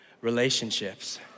Relationships